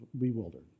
bewildered